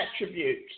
attributes